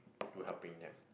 to helping them